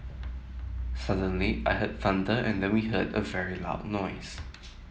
suddenly I heard thunder and then we heard a very loud noise